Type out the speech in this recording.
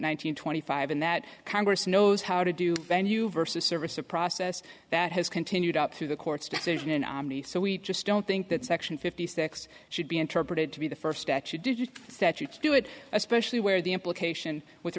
hundred twenty five in that congress knows how to do venue versus service a process that has continued up through the court's decision in omni so we just don't think that section fifty six should be interpreted to be the first statute did you that you could do it especially where the implication with